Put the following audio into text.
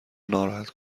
ناراحت